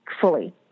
fully